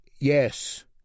Yes